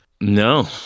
No